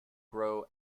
grow